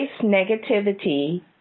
Negativity